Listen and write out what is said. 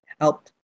helped